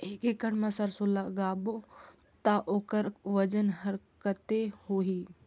एक एकड़ मा सरसो ला लगाबो ता ओकर वजन हर कते होही?